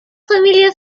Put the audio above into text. familiar